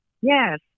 Yes